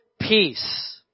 peace